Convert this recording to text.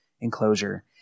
enclosure